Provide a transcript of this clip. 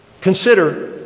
consider